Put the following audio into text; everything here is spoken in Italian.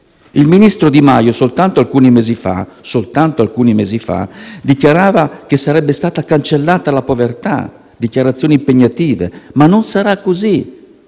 Il ministro Di Maio soltanto alcuni mesi fa dichiarava che sarebbe stata cancellata la povertà. Una dichiarazione impegnativa, ma non sarà così.